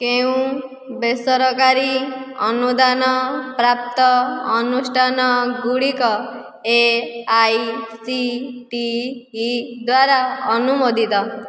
କେଉଁ ବେସରକାରୀ ଅନୁଦାନ ପ୍ରାପ୍ତ ଅନୁଷ୍ଠାନ ଗୁଡ଼ିକ A I C T E ଦ୍ଵାରା ଅନୁମୋଦିତ